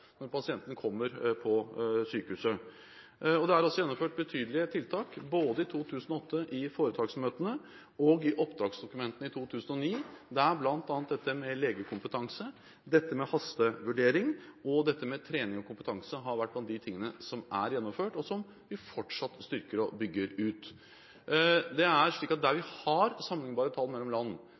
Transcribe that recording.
når pasientene kommer på sykehuset. Det er altså gjennomført betydelige tiltak, både i foretaksmøtene i 2008 og i oppdragsdokumentene i 2009, der bl.a. dette med tiltak i forbindelse med legekompetanse, hastevurdering, trening og kompetanse har vært av det som er gjennomført, og som vi fortsatt styrker og bygger ut. Der vi har sammenliknbare tall mellom land,